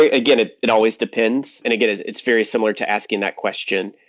ah again, it it always depends. and again, it's very similar to asking that question.